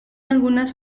algunas